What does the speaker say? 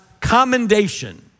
commendation